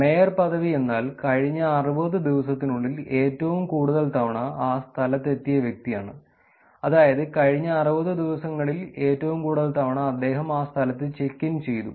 mayor പദവി എന്നാൽ കഴിഞ്ഞ 60 ദിവസത്തിനുള്ളിൽ ഏറ്റവും കൂടുതൽ തവണ ആ സ്ഥലത്തെത്തിയ വ്യക്തിയാണ് അതായത് കഴിഞ്ഞ 60 ദിവസങ്ങളിൽ ഏറ്റവും കൂടുതൽ തവണ അദ്ദേഹം ആ സ്ഥലത്ത് ചെക്ക് ഇൻ ചെയ്തു